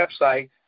website